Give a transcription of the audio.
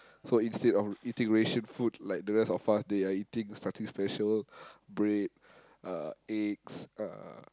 so instead of eating ration food like the rest of us they are eating something special bread uh eggs uh